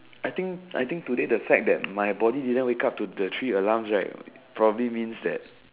I think I think today the fact that my body didn't wake up to the three alarms right probably means that